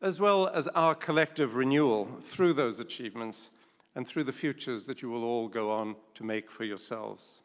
as well as our collective renewal through those achievements and through the futures that you will all go on to make for yourselves.